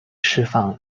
释放